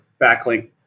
backlink